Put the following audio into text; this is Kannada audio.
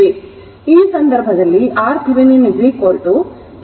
ಆದ್ದರಿಂದ ಈ ಸಂದರ್ಭದಲ್ಲಿ RThevenin 10 2010 20 ಆಗಿರುತ್ತದೆ